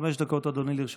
חמש דקות, אדוני, לרשותך.